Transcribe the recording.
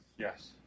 Yes